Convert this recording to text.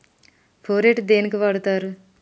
Phorate దేనికి వాడుతరు?